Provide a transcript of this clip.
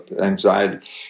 anxiety